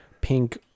pink